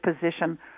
position